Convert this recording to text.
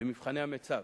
במבחני המיצ"ב.